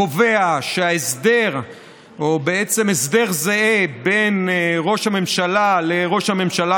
קובע בעצם הסדר זהה בין ראש הממשלה לראש הממשלה